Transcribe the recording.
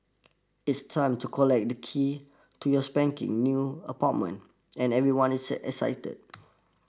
it's time to collect the keys to your spanking new apartment and everyone is excited